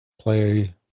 play